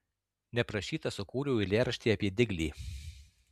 neprašyta sukūriau eilėraštį apie diglį